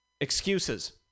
Excuses